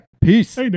Peace